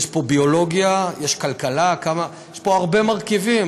יש פה ביולוגיה, יש כלכלה, יש פה הרבה מרכיבים.